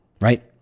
right